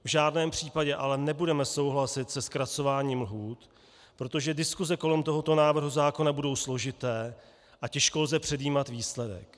V žádném případě ale nebudeme souhlasit se zkracováním lhůt, protože diskuse kolem tohoto návrhu zákona budou složité a těžko lze předjímat výsledek.